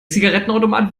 zigarettenautomat